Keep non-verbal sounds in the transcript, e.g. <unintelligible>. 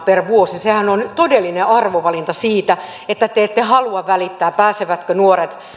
<unintelligible> per vuosi sehän on todellinen arvovalinta siitä että te ette halua välittää pääsevätkö nuoret